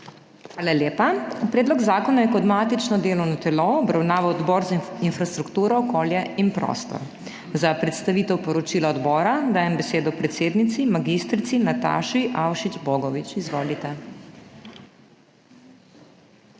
Hvala lepa. Predlog zakona je kot matično delovno telo obravnaval Odbor za infrastrukturo, okolje in prostor. Za predstavitev poročila odbora dajem besedo predsednici mag. Nataši Avšič Bogovič. Izvolite.